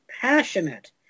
passionate